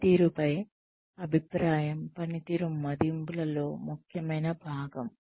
పనితీరుపై అభిప్రాయం పనితీరు మదింపులలో ముఖ్యమైన భాగం